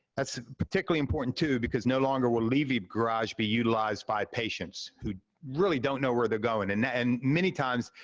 that's particularly important, too, because no longer will leavey garage be utilized by patients, who really don't know where they're going. and and many times,